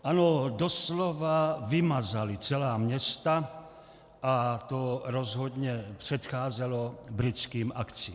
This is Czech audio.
Ano, doslova vymazali celá města a to rozhodně předcházelo britským akcím.